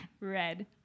red